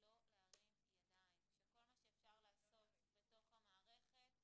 לא להרים ידיים, שכל מה שאפשר לעשות בתוך המערכת,